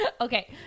Okay